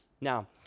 Now